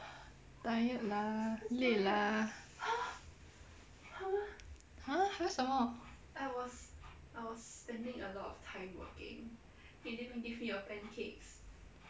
tired lah 累 lah !huh! !huh! 什么